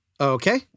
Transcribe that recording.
Okay